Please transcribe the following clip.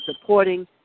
supporting